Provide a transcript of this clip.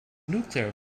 nuclear